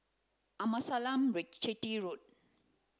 Amasalam Chetty Road